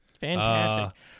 Fantastic